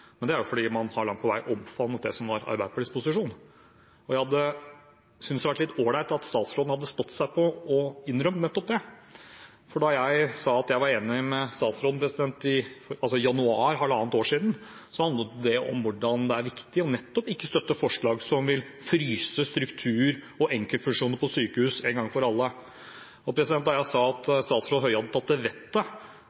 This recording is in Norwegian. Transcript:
men det er fordi man langt på vei har omfavnet det som var Arbeiderpartiets posisjon. Jeg hadde syntes det var litt ålreit, og statsråden hadde stått seg på om han innrømte nettopp det. Da jeg sa at jeg var enig med statsråden i januar for halvannet år siden, handlet det om hvordan det er viktig nettopp ikke å støtte forslag som vil fryse struktur og enkeltfusjoner på sykehus en gang for alle. Da jeg sa at